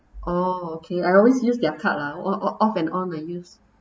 oh okay I always use their card lah off and on the use